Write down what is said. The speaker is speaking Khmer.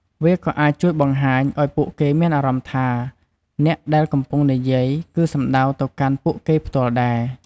វាក៏អាចជួយបង្ហាញឱ្យពួកគេមានអារម្មណ៍ថាអ្នកដែលកំពុងនិយាយគឺសំដៅទៅកាន់ពួកគេផ្ទាល់ដែរ។